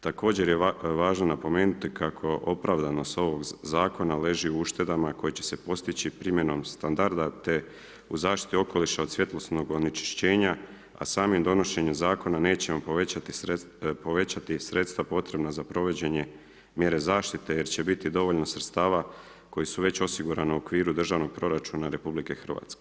Također je važno napomenuti kako opravdanost ovog zakona leži u uštedama koje će se postići primjenom standarda te u zaštiti okoliša od svjetlosnog onečišćenja a samim donošenjem zakona nećemo povećati sredstva potrebna za provođenje mjera zaštite jer će biti dovoljno sredstava koji su već osigurani u okviru državnog proračuna RH.